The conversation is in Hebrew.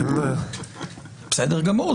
בסדר גמור.